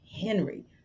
Henry